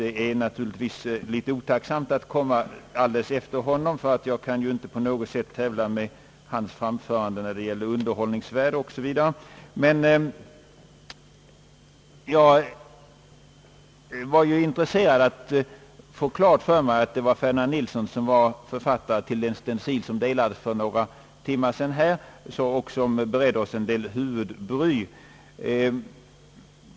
Det är naturligtvis litet otacksamt att komma upp i talarstolen alldeles efter honom, ty jag kan ju inte på något sätt tävla med honom när det gäller hans framförande, ur - underhållningssynpunkt t.ex., men jag var ju intresserad att få klart för mig att det var herr Ferdinand Nilsson som var författare till den stencil som här delades ut för några timmar sedan och som beredde oss huvudbry.